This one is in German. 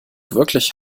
wirklich